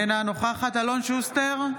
אינה נוכחת אלון שוסטר,